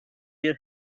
your